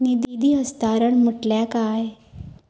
निधी हस्तांतरण म्हटल्या काय?